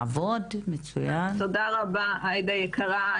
תודה רבה עאידה יקרה.